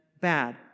bad